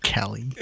Kelly